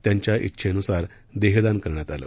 त्यांच्या इच्छेनुसार देहदान करण्यात आलं